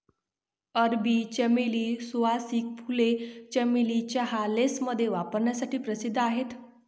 अरबी चमेली, सुवासिक फुले, चमेली चहा, लेसमध्ये वापरण्यासाठी प्रसिद्ध आहेत